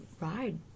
ride